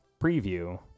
preview